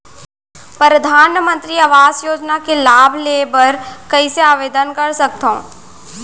परधानमंतरी आवास योजना के लाभ ले बर कइसे आवेदन कर सकथव?